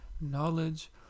knowledge